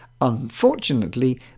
Unfortunately